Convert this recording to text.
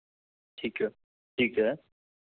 ठीक है ठीक है